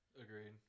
Agreed